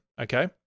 okay